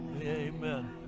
Amen